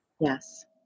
Yes